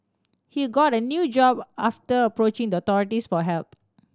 he got a new job after approaching the authorities for help